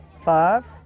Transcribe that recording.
five